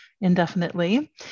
indefinitely